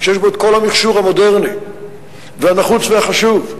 שיש בו כל המכשור המודרני והנחוץ והחשוב?